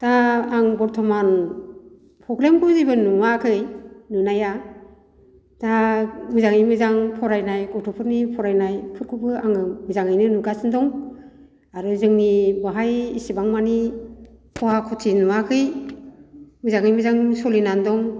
दा आं बरत'मान प्रब्लेम खौ जेबो नुवाखै नुनाया दा मोजाङै मोजां फरायनाय गथ'फोरनि फरायनायफोरखौबो आङो मोजाङैनो नुगासिनो दं आरो जोंनि बाहाय एसेबां मानि खहा खथि नुवाखै मोजाङै मोजां सोलिनानै दं